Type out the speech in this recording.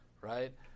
right